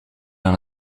aan